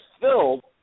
filled